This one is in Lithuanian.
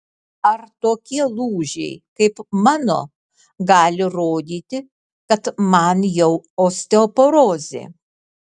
ar tokie lūžiai kaip mano gali rodyti kad man jau osteoporozė